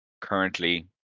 Currently